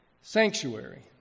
sanctuary